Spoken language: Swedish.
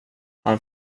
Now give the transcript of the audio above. han